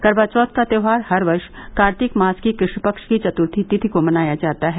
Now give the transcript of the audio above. करवा चौथ का त्यौहार हर वर्ष कार्तिक मास की कृष्ण पक्ष की चतर्थी तिथि को मनाया जाता है